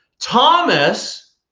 Thomas